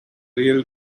real